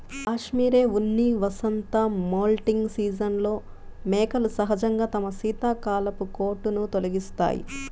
cashmere ఉన్ని వసంత moulting సీజన్లో మేకలు సహజంగా తమ శీతాకాలపు కోటును తొలగిస్తాయి